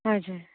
हजुर